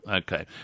okay